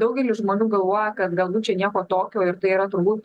daugelis žmonių galvoja kad galbūt čia nieko tokio ir tai yra turbūt